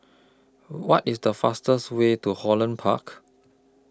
What IS The fastest Way to Holland Park